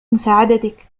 مساعدتك